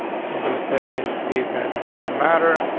so i'm gonna say these guys are not gonna matter.